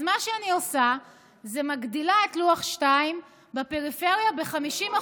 אז מה שאני עושה זה מגדילה את לוח 2 בפריפריה ב-50%.